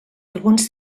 alguns